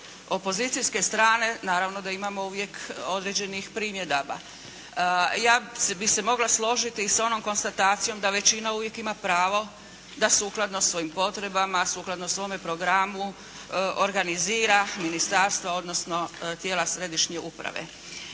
opozicijske strane naravno da imamo uvijek određenih primjedaba. Ja bih se mogla složiti i s onom konstatacijom da većina uvijek ima pravo da sukladno svojim potrebama, sukladno svome programu organizira ministarstva odnosno tijela središnje uprave.